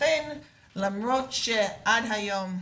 לכן למרות שעד היום,